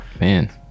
man